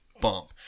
bump